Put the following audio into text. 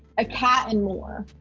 a cat and more.